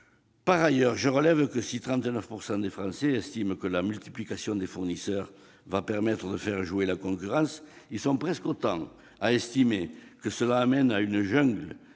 Par ailleurs, je relève que, si 39 % des Français estiment que la multiplication des fournisseurs va permettre de faire jouer la concurrence, ils sont presque autant à estimer que cela aboutit à une jungle